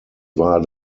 war